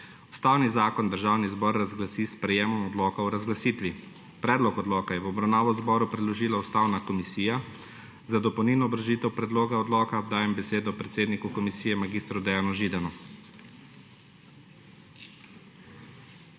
Ustavni zakon Državni zbor razglasi s sprejetjem odloka o razglasitvi. Predlog odloka je v obravnavo Državnemu zboru predložila Ustavna komisija. Za dopolnilno obrazložitev predloga odloka dajem besedo predsedniku komisije mag. Dejanu Židanu.